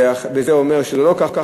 וזה אומר שזה לא ככה,